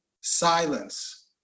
silence